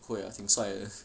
会啊挺帅 ah